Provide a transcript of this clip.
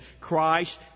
Christ